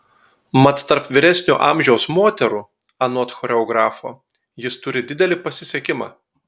mat tarp vyresnio amžiaus moterų anot choreografo jis turi didelį pasisekimą